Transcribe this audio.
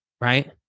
right